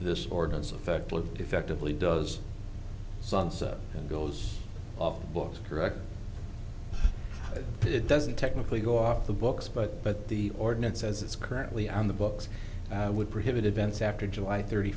this ordinance affectless effectively does sunset and goes off the books correct it doesn't technically go off the books but but the ordinance says it's currently on the books i would prohibit events after july thirty